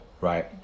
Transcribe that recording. right